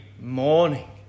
morning